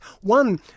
One